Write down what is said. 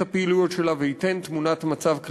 הפעילויות שלה וייתן תמונת מצב כללית,